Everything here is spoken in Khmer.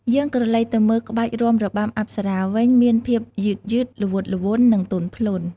យើងក្រឡេកទៅមើល ក្បាច់រាំរបាំអប្សរាវិញ មានភាព យឺតៗ ល្វត់ល្វន់ និង ទន់ភ្លន់។